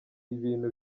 ibintu